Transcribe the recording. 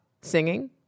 singing